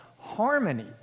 harmony